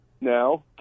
now